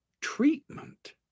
treatment